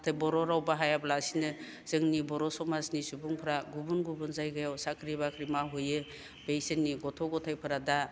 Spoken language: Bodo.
नाथाय बर' राव बाहायालासिनो जोंनि बर' समाजनि सुबुंफ्रा गुबुन गुबुन जायगायाव साख्रि बाख्रि मावहैयो बैसोरनि गथ' गथाइफोरा दा